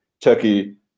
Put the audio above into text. Turkey